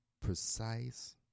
Precise